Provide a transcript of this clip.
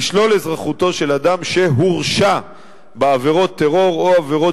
לשלול אזרחותו של אדם שהורשע בעבירות טרור או עבירות